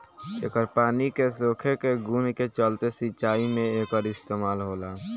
एकर पानी के सोखे के गुण के चलते सिंचाई में एकर इस्तमाल होला